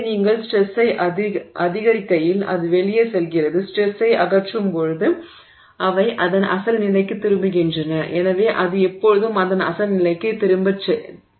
எனவே நீங்கள் ஸ்ட்ரெஸ்ஸை அதிகரிக்கையில் அது வெளியே செல்கிறது ஸ்ட்ரெஸ்ஸை அகற்றும்போது அவை அதன் அசல் நிலைக்குத் திரும்பகின்றன எனவே அது எப்போதும் அதன் அசல் நிலைக்குத் திரும்ப முடியும்